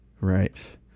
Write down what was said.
Right